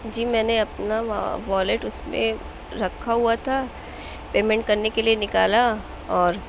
جی میں نے اپنا والیٹ اُس میں رکھا ہُوا تھا پیمینٹ کرنے کے لیے نکالا اور